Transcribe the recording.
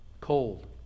Cold